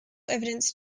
evidence